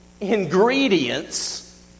ingredients